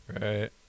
Right